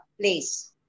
place